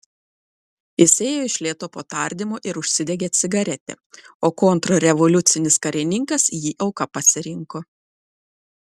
jis ėjo iš lėto po tardymo ir užsidegė cigaretę o kontrrevoliucinis karininkas jį auka pasirinko